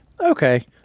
Okay